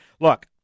look